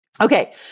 Okay